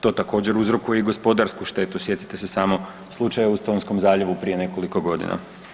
To također uzrokuje i gospodarsku štetu, sjetite se samo slučaja u Stonskom zaljevu prije nekoliko godina.